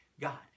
God